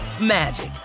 magic